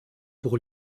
pour